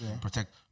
protect